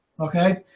Okay